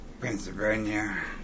Pennsylvania